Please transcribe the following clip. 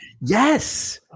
Yes